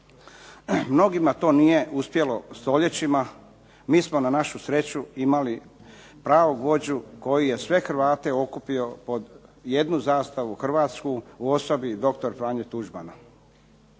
Mnogima to nije uspjelo stoljećima. Mi smo na sreću imali pravog vođu koji je sve Hrvate okupio pod jednu zastavu hrvatsku u osobi doktora Franje Tuđmana.